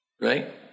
Right